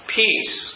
peace